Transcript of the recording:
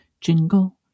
Jingle